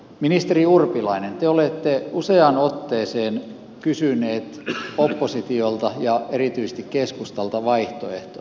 ministeri urpilainen te olette useaan otteeseen kysynyt oppositiolta ja erityisesti keskustalta vaihtoehtoa